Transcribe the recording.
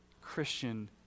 Christian